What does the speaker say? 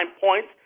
points